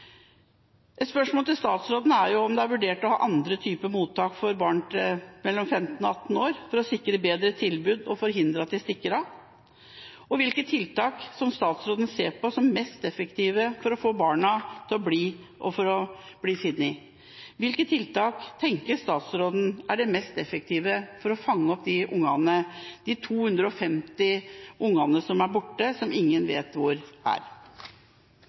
Et spørsmål til statsråden er om det er vurdert å ha andre typer mottak for barn mellom 15 og 18 år for å sikre bedre tilbud og forhindre at de stikker av. Hvilke tiltak ser statsråden på som mest effektive for å få barna til å bli – og for å bli funnet? Hvilke tiltak tenker statsråden er de mest effektive for å fange opp disse ungene – de 250 ungene som er borte, som ingen vet hvor er?